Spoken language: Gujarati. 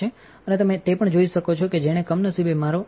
અને તમે તે પણ જોઈ શકો છો કે જેણેકમનસીબે મારી ડિસ્કને તોડ્યો